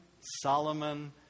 Solomon